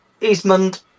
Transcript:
Eastmond